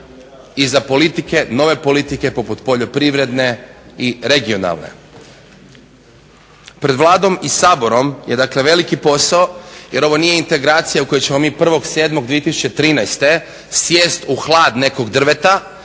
i za politike, nove politike, poput poljoprivredne i regionalne. Pred Vladom i Saborom je dakle veliki posao jer ovo nije integracija u kojoj ćemo mi 1.07.2013. sjesti u hlad nekog drveta